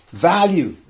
Value